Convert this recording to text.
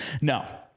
No